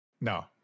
no